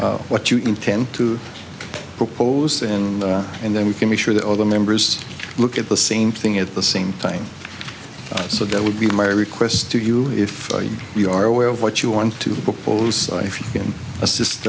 is what you intend to propose and and then we can be sure the other members look at the same thing at the same thing so that would be my request to you if we are aware of what you want to propose if you can assist